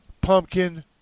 pumpkin